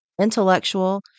intellectual